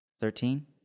Thirteen